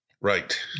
Right